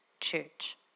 church